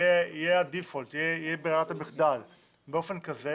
יהיה הדיפולט, יהיה ברירת המחדל באופן כזה